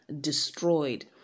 destroyed